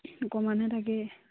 অকণমানে থাকে